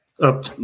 up